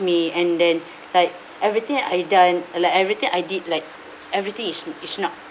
me and then like everything I've done like everything I did like everything is is not